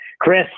Chris